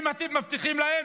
אם אתם מבטיחים להם,